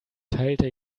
teilte